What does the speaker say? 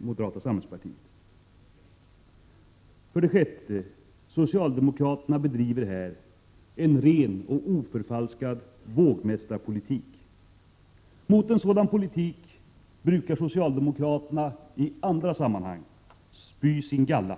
moderata samlingspartiet. För det sjätte: Socialdemokraterna bedriver en ren och oförfalskad vågmästarpolitik. Över en sådan politik brukar socialdemokraterna i andra sammanhang drypa sin galla.